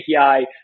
API